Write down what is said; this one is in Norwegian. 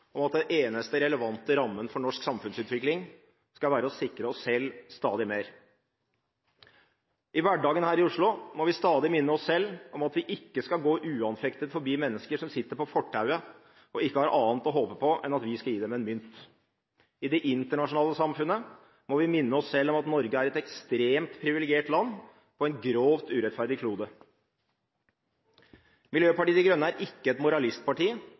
om at den eneste relevante rammen for norsk samfunnsutvikling skal være å sikre oss selv stadig mer. I hverdagen her i Oslo må vi stadig minne oss selv om at vi ikke skal gå uanfektet forbi mennesker som sitter på fortauet og ikke har annet å håpe på enn at vi skal gi dem en mynt. I det internasjonale samfunnet må vi minne oss selv om at Norge er et ekstremt privilegert land på en grovt urettferdig klode. Miljøpartiet De Grønne er ikke et moralistparti